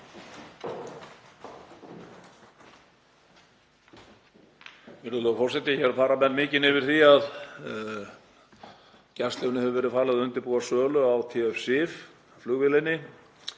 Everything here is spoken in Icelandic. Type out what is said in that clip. Hér fara menn mikinn yfir því að Gæslunni hefur verið falið að undirbúa sölu á TF-SIF flugvélinni